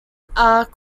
are